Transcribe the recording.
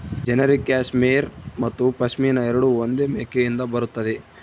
generic cashmere ಮತ್ತು ಪಶ್ಮಿನಾ ಎರಡೂ ಒಂದೇ ಮೇಕೆಯಿಂದ ಬರುತ್ತದೆ